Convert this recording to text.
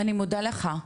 אני מודה לך,